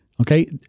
Okay